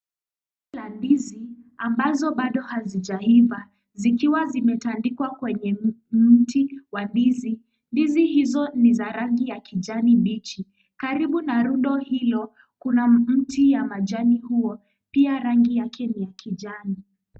Gomba la ndizi ambazo bado hazijaiva zikiwa zimetandikwa kwenye mti wa ndizi . Ndizi hizo ni za rangi ya kijani bichi. Karibu na rundo hilo kuna mti ya majani huo pia rangi yake ni ya kijani.